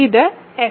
ഇത് f